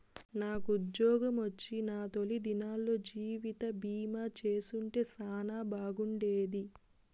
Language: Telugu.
నాకుజ్జోగమొచ్చిన తొలి దినాల్లో జీవితబీమా చేసుంటే సానా బాగుండేది